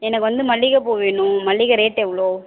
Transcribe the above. எனக்கு வந்து மல்லிகை பூ வேணும் மல்லிகை ரேட் எவ்வளோ